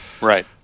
Right